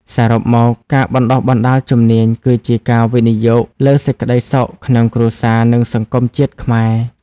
សរុបមក ការបណ្ដុះបណ្ដាលជំនាញគឺជាការវិនិយោគលើសេចក្ដីសុខក្នុងគ្រួសារ និងសង្គមជាតិខ្មែរ។